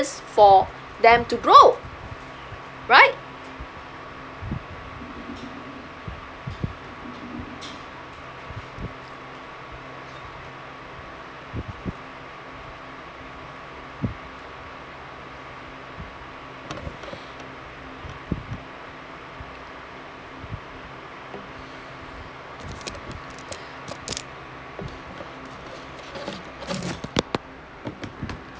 for them to grow right